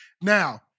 Now